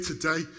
today